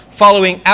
following